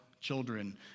children